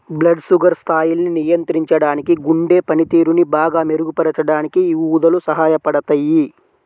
blood sugar స్థాయిల్ని నియంత్రించడానికి, గుండె పనితీరుని బాగా మెరుగుపరచడానికి యీ ఊదలు సహాయపడతయ్యి